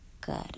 Good